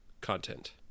content